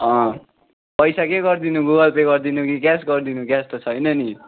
पैसा के गरिदिनु गुगल पे गरिदिनु कि क्यास गरिदिनु कि क्यास त छैन नि